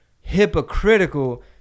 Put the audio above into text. hypocritical